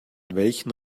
welchem